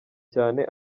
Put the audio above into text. cyane